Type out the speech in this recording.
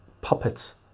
puppets